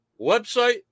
website